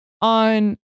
on